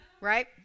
Right